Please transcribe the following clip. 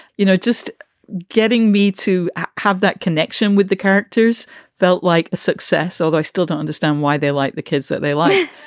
you know, just getting me to have that connection with the characters felt like a success, although i still don't understand why they like the kids that they want